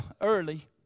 early